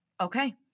okay